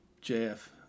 Jeff